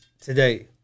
today